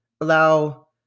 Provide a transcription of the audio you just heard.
allow